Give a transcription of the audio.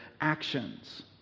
actions